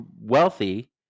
wealthy